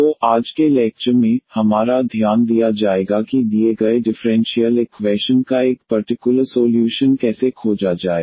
तो आज के लैक्चर में हमारा ध्यान दिया जाएगा कि दिए गए डिफ़्रेंशियल इक्वैशन का एक पर्टिकुलर सोल्यूशन कैसे खोजा जाए